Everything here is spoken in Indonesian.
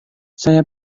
saya